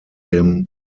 him